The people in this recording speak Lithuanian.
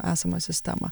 esamą sistemą